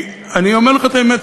אני אומר לך את האמת,